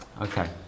Okay